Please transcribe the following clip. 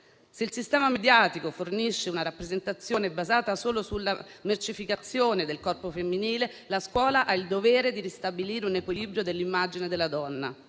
Se il sistema mediatico fornisce una rappresentazione basata solo sulla mercificazione del corpo femminile, la scuola ha il dovere di ristabilire un equilibrio dell'immagine della donna.